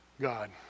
God